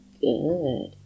good